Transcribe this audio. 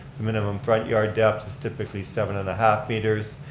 the minimum front yard depth is typically seven and a half meters.